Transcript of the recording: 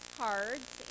cards